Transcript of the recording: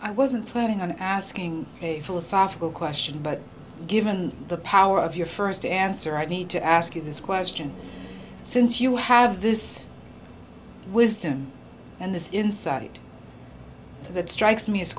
i wasn't planning on asking a philosophical question but given the power of your first answer i need to ask you this question since you have this wisdom and this insight that strikes me as